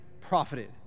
profited